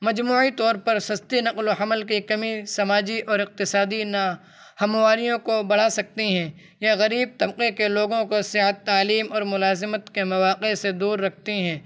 مجموعی طور پر سستی نقل و حمل کی کمی سماجی اور اقتصادی ناہمواریوں کو بڑھا سکتی ہیں یا غریب طبقے کے لوگوں کو صحت تعلیم اور ملازمت کے مواقع سے دور رکھتی ہیں